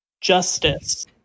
Justice